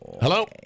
Hello